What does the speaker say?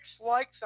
likes